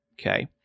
okay